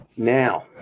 Now